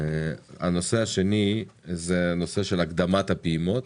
הנושא השני זה הנושא של הקדמת הפעימות.